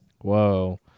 Whoa